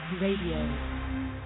Radio